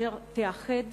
אשר תאחד